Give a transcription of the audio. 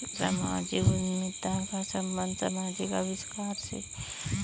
सामाजिक उद्यमिता का संबंध समाजिक आविष्कार से है